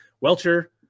Welcher